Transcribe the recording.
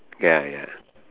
ya ya